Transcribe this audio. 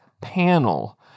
panel